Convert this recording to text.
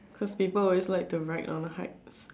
cause people always like to ride on hype